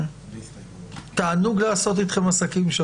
תענוג לעשות אתכם עסקים.